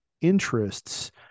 interests